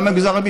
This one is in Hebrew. גם במגזר הערבי,